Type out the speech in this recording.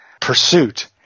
pursuit